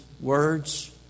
words